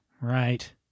Right